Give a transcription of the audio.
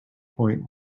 point